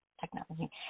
Technology